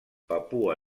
papua